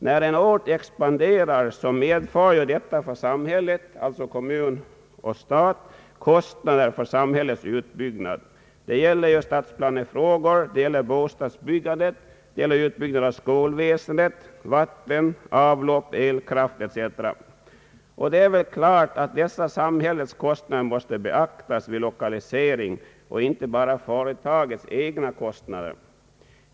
När en ort expanderar medför detta kostnader för samhället — kommun och stat. Det gäller stadsplanefrågor, bostadsbyggande, utbyggnad av skolväsendet, vatten och avlopp, elkraft etc. Det är klart att dessa samhällets kostnader bör beaktas vid lokalisering och inte bara företagets egna kostnader.